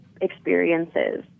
experiences